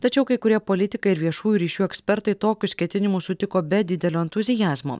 tačiau kai kurie politikai ir viešųjų ryšių ekspertai tokius ketinimus sutiko be didelio entuziazmo